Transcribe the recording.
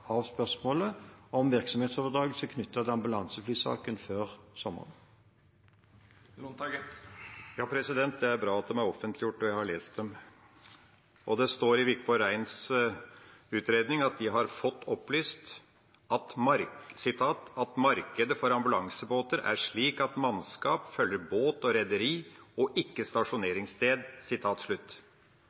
av spørsmålet om virksomhetsoverdragelse knyttet til ambulanseflysaken før sommeren. Det er bra at de er offentliggjort, og jeg har lest dem. Det står i Wikborg Reins utredning at de har fått opplyst at «markedet for ambulansebåter er slik at mannskap følger båt og rederi og ikke stasjoneringssted».